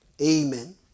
Amen